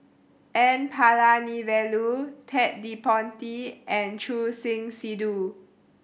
N Palanivelu Ted De Ponti and Choor Singh Sidhu